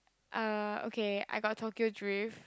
uh okay I got Tokyo drift